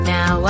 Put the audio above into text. Now